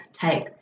take